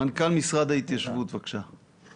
מנכ"ל משרד ההתיישבות, בבקשה.